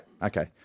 Okay